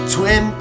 Twin